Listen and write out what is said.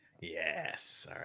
Yes